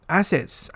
assets